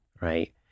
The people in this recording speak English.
right